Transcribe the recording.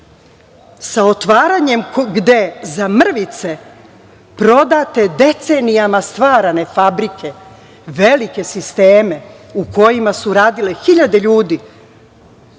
sa otvaranjem gde za mrvice prodate decenijama stvarane fabrike, velike sisteme u kojima su radili hiljade ljudi,